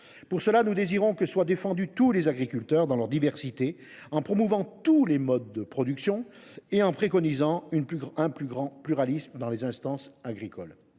Pour cela, nous désirons que soient défendus tous les agriculteurs dans leur diversité, en promouvant l’ensemble des modes de production et en préconisant un plus grand pluralisme dans les instances agricoles.